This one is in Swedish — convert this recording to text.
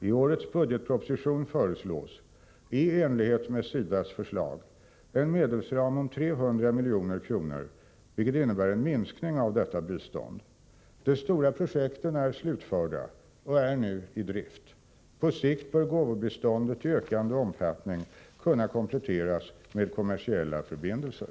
I årets budgetproposition föreslås, i enlighet med SIDA:s förslag, en medelsram om 300 milj.kr., vilket innebär en minskning av detta bistånd. De stora projekten är slutförda och är nu i drift. På sikt bör gåvobiståndet i ökande omfattning kunna kompletteras med kommersiella förbindelser.